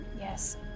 Yes